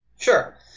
Sure